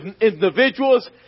individuals